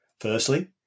Firstly